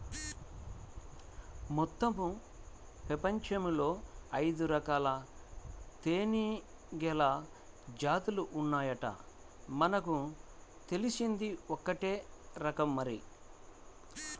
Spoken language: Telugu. మొత్తం పెపంచంలో ఐదురకాల తేనీగల జాతులు ఉన్నాయంట, మనకు తెలిసింది ఒక్కటే రకం మరి